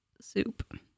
soup